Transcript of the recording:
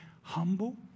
humble